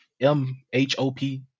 M-H-O-P